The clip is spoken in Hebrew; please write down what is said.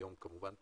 היום כמובן פחות,